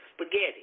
spaghetti